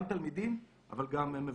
גם תלמידים אבל גם מבוגרים.